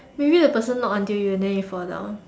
maybe the person knock until you fall down